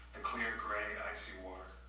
the clear, gray, icy water.